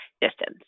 distance